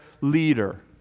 leader